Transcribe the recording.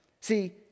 See